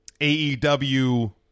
AEW